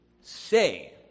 say